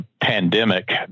pandemic